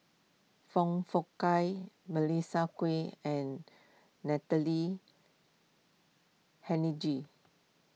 Foong Fook Kay Melissa Kwee and Natalie Hennedige